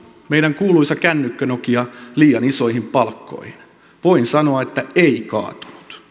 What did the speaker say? meidän kuuluisa kännykkä nokiamme liian isoihin palkkoihin voin sanoa että ei kaatunut